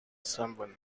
someone